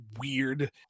weird